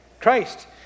Christ